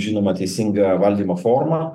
žinoma teisinga valdymo forma